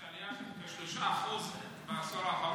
יש עלייה של 3% בעשור האחרון,